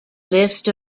list